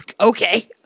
Okay